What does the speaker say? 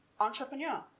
entrepreneur